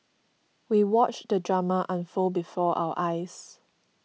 we watched the drama unfold before our eyes